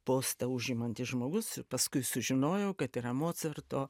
postą užimantis žmogus paskui sužinojau kad yra mocarto